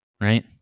right